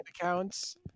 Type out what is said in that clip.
accounts